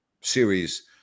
series